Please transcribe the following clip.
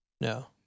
no